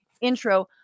intro